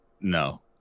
No